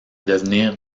devenir